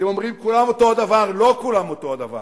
אתם אומרים: כולם אותו הדבר, לא כולם אותו הדבר.